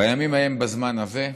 בימים ההם בזמן הזה,